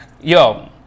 yo